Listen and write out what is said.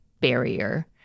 barrier